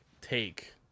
take